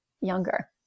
younger